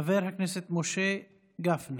חבר הכנסת משה גפני,